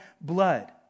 blood